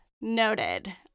Noted